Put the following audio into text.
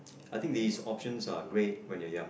I think these options are great when you're young